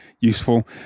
useful